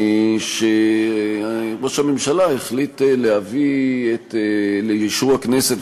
שראש הממשלה החליט להביא לאישור הכנסת,